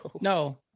No